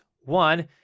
One